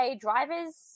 drivers